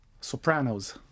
Sopranos